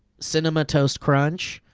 cinema toast crunch,